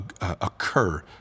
occur